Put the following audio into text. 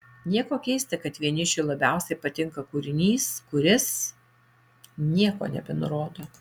nieko keista kad vienišiui labiausiai patinka kūrinys kuris nieko nebenurodo